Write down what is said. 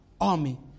Army